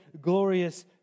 glorious